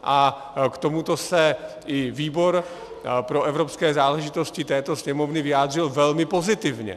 K tomuto se i výbor pro evropské záležitosti této Sněmovny vyjádřil velmi pozitivně.